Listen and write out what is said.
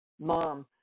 mom